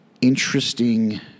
Interesting